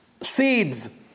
seeds